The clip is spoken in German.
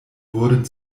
wurden